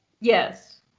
Yes